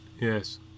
yes